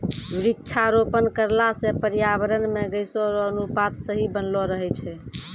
वृक्षारोपण करला से पर्यावरण मे गैसो रो अनुपात सही बनलो रहै छै